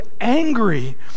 angry